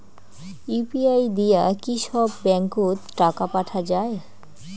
UPI দিয়া কি সব ব্যাংক ওত টাকা পাঠা যায়?